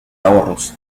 ahorros